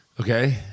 Okay